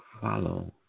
follow